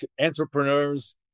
entrepreneurs